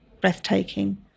breathtaking